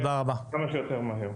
דובר אחרון שנמצא איתנו